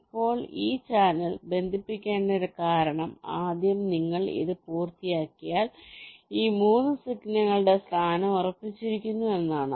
ഇപ്പോൾ ഈ ചാനൽ ബന്ധിപ്പിക്കേണ്ടതിന്റെ കാരണം ആദ്യം നിങ്ങൾ ഇത് പൂർത്തിയാക്കിയാൽ ഈ 3 സിഗ്നലുകളുടെ സ്ഥാനം ഉറപ്പിച്ചിരിക്കുന്നു എന്നതാണ്